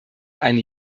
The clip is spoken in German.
eine